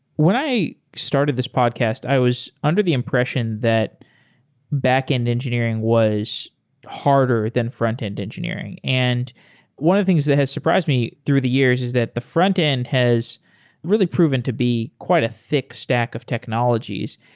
when i started this podcast, i was under the impression that backend engineering was harder than frontend engineering. and one of things that has surprised me through the years is that the frontend has really proven to be quite a thick stack of technologies.